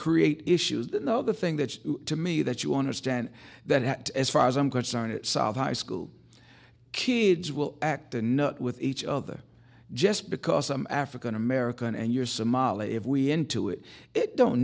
create issues that no the thing that to me that you understand that as far as i'm concerned it solve high school kids will act a nut with each other just because i'm african american and you're somali if we into it it don't